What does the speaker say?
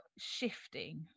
shifting